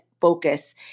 focus